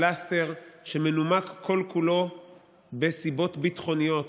פלסטר שמנומק כל-כולו בסיבות ביטחוניות.